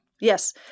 Yes